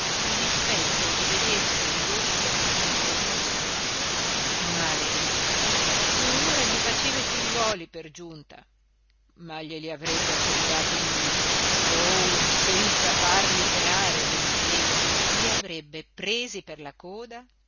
il dispetto di vedersi ridotto in quello stato maledetta e ora gli faceva i figliuoli per giunta ma glielo avrebbe accomodati lui oh senza farli penare beninteso i avrebbe presi per la coda